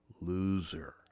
loser